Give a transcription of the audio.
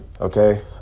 Okay